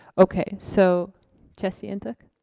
okay, so trustee ntuk?